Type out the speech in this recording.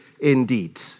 indeed